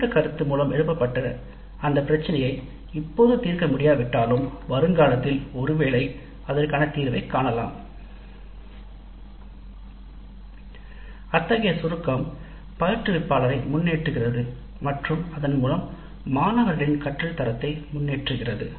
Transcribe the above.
பின்னூட்ட கருத்து மூலம் எழுப்பப்பட்டன அந்த பிரச்சனையை இப்பொழுது தீர்க்க முடியாவிட்டாலும் கரத்திலிருந்து வருங்காலத்தில் ஒருவேளை அதற்கான தீர்வை காணலாம் அத்தகைய சுருக்கம் பயிற்றுவிப்பாளரை முன்னேற்று கிறது மற்றும் அதன் மூலம் மாணவர்களின் கற்றல் தரத்தை முன்னேற்று கிறது